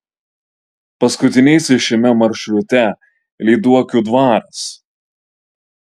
paskutinysis šiame maršrute lyduokių dvaras